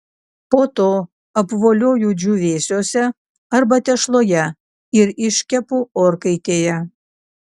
po to apvolioju džiūvėsiuose arba tešloje ir iškepu orkaitėje